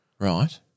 Right